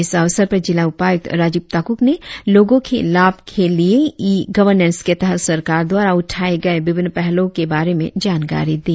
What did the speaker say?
इस अवसर पर जिला उपायुक्त राजीव ताकुक ने लोगों के लाभ के लिए ई गवर्नेंस के तहत सरकार द्वार उठाए गए विभिन्न पहलों के बारे में जानकारी दी